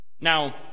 Now